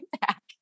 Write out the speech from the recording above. back